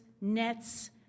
nets